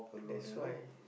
that's why